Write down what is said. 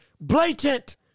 blatant